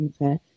Okay